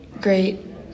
great